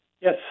Yes